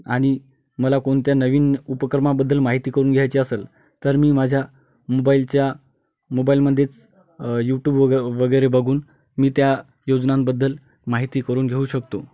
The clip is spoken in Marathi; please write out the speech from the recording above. आनि मला कोनत्या नवीन उपक्रमाबद्दल माहिती करून घ्यायची असल तर मी माझ्या मोबाईलच्या मोबाईलमधेच यूट्यूब वग वगैरे बघून मी त्या योजनांबद्दल माहिती करून घेऊ शकतो